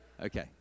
Okay